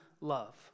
love